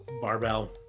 barbell